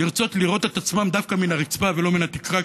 לרצות לראות את עצמם דווקא מן הרצפה ולא מן התקרה,